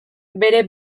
bere